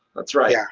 that's right. yeah